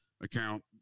account